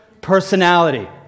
personality